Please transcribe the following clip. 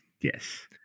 Yes